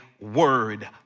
word